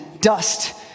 dust